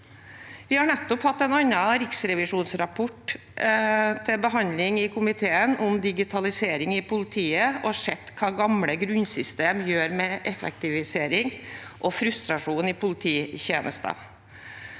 Vi har nettopp hatt en annen riksrevisjonsrapport til behandling i komiteen, om digitalisering i politiet, og sett hva gamle grunnsystemer gjør med effektivisering og frustrasjon i polititjenesten.